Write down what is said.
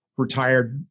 Retired